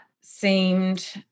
seemed